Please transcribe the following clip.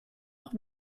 auch